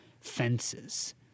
Fences